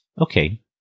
Okay